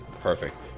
Perfect